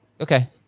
Okay